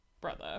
brother